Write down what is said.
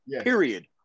period